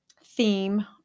theme